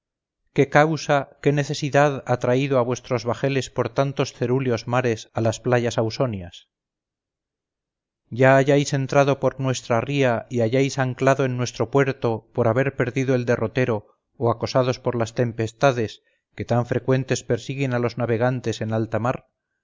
qué causa qué necesidad ha traído a vuestros bajeles por tantos cerúleos mares a las playas ausonias ya hayáis entrado por nuestra ría y hayáis anclado en nuestro puerto por haber perdido el derrotero o acosados por las tempestades que tan frecuentes persiguen a los navegantes en alta